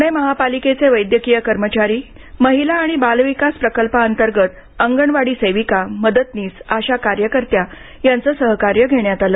पूणे महापालिकेचे वैद्यकीय कर्मचारी महिला आणि बालविकास प्रकल्पातंगत अंगणवाडी सेविका मदतनीस आशा कार्यकर्ता यांचे सहकार्य घेण्यात आले